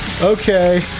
Okay